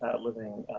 living